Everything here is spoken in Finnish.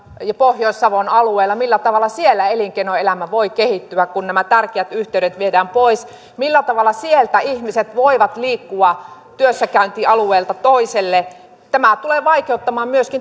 ja pohjois savon alueella elinkeinoelämä voi kehittyä kun nämä tärkeät yhteydet viedään pois millä tavalla sieltä ihmiset voivat liikkua työssäkäyntialueelta toiselle tämä tulee vaikeuttamaan myöskin